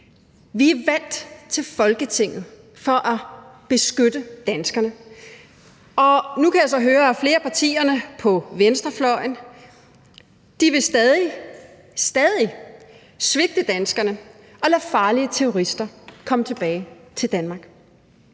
Vi er valgt til Folketinget for at beskytte danskerne, og nu kan jeg så høre, at flere af partierne på venstrefløjen stadig – stadig – vil svigte danskerne og lade farlige terrorister komme tilbage til Danmark.